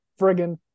friggin